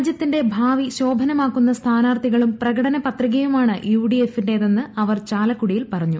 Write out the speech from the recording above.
രാജൃത്തിന്റെ ഭാവി ശോഭനമാക്കുന്ന സ്ഥാനാർത്ഥികളും പ്രകടന പത്രികയുമാണ് യുഡിഎഫിന്റേതെന്ന് അവർ ചാലക്കുടിയിൽ പറഞ്ഞു